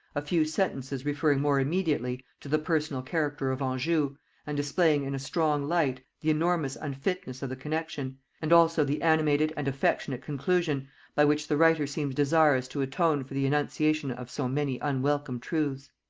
a few sentences referring more immediately to the personal character of anjou, and displaying in a strong light the enormous unfitness of the connexion and also the animated and affectionate conclusion by which the writer seems desirous to atone for the enunciation of so many unwelcome truths.